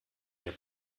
wer